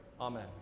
Amen